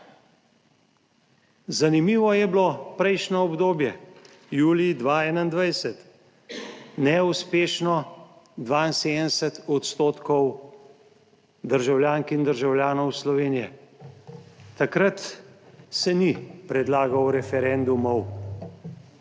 Zanimivo je bilo prejšnje obdobje, julij 2021, neuspešno 72 odstotkov državljank in državljanov Slovenije. Takrat se ni predlagal referendumov